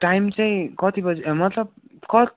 time चाहिँ कति बजी मतलब क